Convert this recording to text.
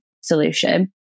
solution